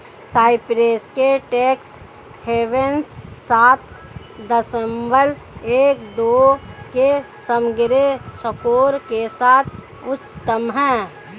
Cyprus के tax havens सात दशमलव एक दो के समग्र स्कोर के साथ उच्चतम हैं